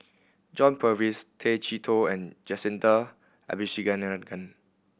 John Purvis Tay Chee Toh and Jacintha Abisheganaden